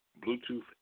Bluetooth